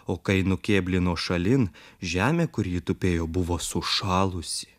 o kai nukėblino šalin žemė kur ji tupėjo buvo sušalusi